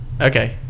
Okay